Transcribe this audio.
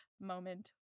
moment